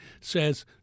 says